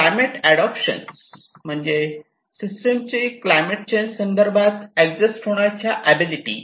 climate adoption म्हणजे सिस्टिमची climate change संदर्भात ऍडजेस्ट होण्याच्या अबिलिटी